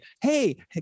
Hey